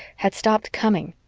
had stopped coming,